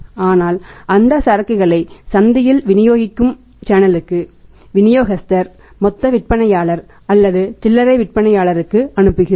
ஆனால் அந்த சரக்குகளை சந்தையில் விநியோகிக்கும் சேனலுக்கு விநியோகஸ்தர் மொத்த விற்பனையாளர் அல்லது சில்லறை விற்பனையாளருக்கு அனுப்புகிறோம்